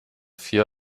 vier